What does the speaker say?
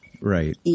Right